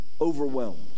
overwhelmed